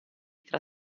tra